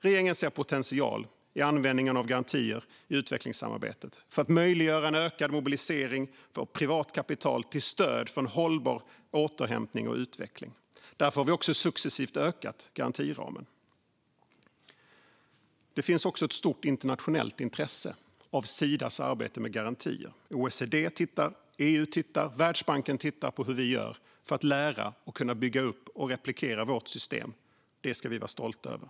Regeringen ser potential i användningen av garantier i utvecklingssamarbetet för att möjliggöra en ökad mobilisering för privat kapital till stöd för en hållbar återhämtning och utveckling. Därför har vi också successivt ökat garantiramen. Det finns också ett stort internationellt intresse för Sidas arbete med garantier. OECD, EU och Världsbanken tittar på hur vi gör för att lära, kunna bygga upp och replikera vårt system. Det ska vi vara stolta över.